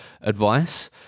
advice